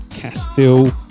Castile